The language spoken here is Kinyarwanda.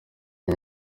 uyu